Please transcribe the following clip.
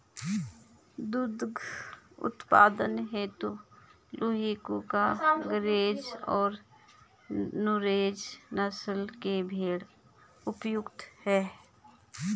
दुग्ध उत्पादन हेतु लूही, कूका, गरेज और नुरेज नस्ल के भेंड़ उपयुक्त है